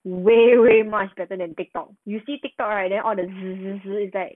way way much better than TikTok you see TikTok right then all the